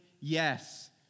yes